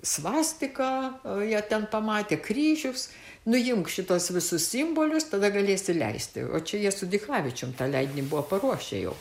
svastika jie ten pamatė kryžius nuimk šituos visus simbolius tada galėsi leisti o čia jie su dichavičiumi tą leidinį buvo paruošę jau